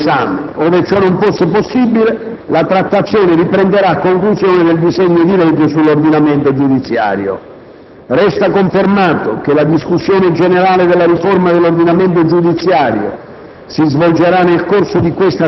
con l'auspicio di concluderne l'esame. Ove ciò non fosse possibile, la trattazione riprenderà a conclusione del disegno di legge sull'ordinamento giudiziario. Resta confermato che la discussione generale della riforma dell'ordinamento giudiziario